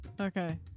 Okay